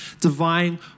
divine